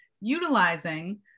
utilizing